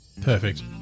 Perfect